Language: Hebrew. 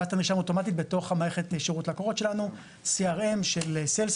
ואז אתה נרשם אוטומטית בתוך מערכת שירות הלקוחות שלנו CRM של Salesforce